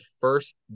first